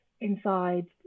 inside